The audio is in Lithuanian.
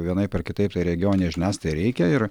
vienaip ar kitaip tai regioninei žiniasklaidai reikia ir